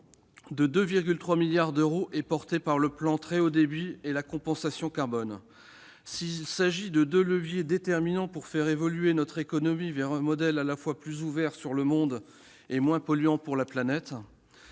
de 2,3 milliards d'euros est lié au plan France Très haut débit et à la compensation carbone. Il s'agit de deux leviers déterminants pour faire évoluer notre économie vers un modèle à la fois plus ouvert sur le monde et moins polluant pour la planète.